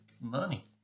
money